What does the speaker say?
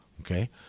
okay